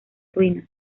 ruinas